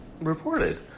reported